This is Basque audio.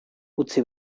utzi